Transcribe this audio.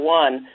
one